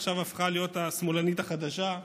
עכשיו היא הפכה להיות השמאלנית החדשה,